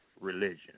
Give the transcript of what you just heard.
religion